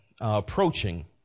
approaching